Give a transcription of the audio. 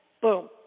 boom